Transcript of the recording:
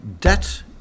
debt